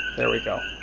there we go.